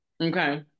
okay